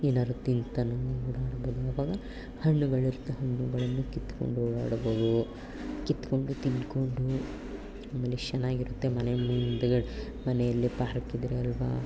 ಏನಾದ್ರು ತಿಂತಲೂ ಓಡಾಡ್ಬೌದು ಅವಾಗ ಹಣ್ಣುಗಳು ಇರ್ತ ಹಣ್ಣುಗಳನ್ನು ಕಿತ್ಕೊಂಡು ಓಡಾಡ್ಬೌದು ಕಿತ್ಕೊಂಡು ತಿನ್ಕೊಂಡು ಆಮೇಲೆ ಎಷ್ಟು ಚೆನ್ನಾಗಿರುತ್ತೆ ಮನೆ ಮುಂದುಗಡೆ ಮನೆಯಲ್ಲಿ ಪಾರ್ಕ್ ಇದ್ದರೆ ಅಲ್ವಾ